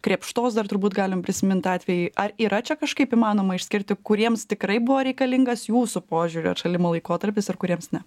krėpštos dar turbūt galim prisimint atvejį ar yra čia kažkaip įmanoma išskirti kuriems tikrai buvo reikalingas jūsų požiūriu atšalimo laikotarpis ir kuriems ne